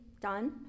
done